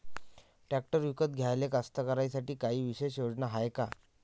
Tractor विकत घ्याले कास्तकाराइसाठी कायी विशेष योजना हाय का?